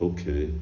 Okay